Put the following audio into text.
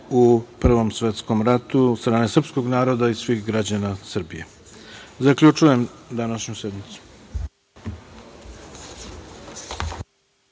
u Prvom svetskom ratu od strane srpskog naroda i svih građana Srbije. Zaključujem današnju sednicu.